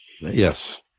Yes